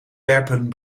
werpen